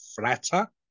flatter